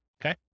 Okay